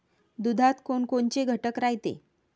दुधात कोनकोनचे घटक रायते?